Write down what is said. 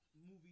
movie